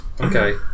okay